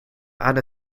and